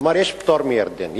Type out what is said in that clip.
כלומר, יש פטור מטעם ירדן.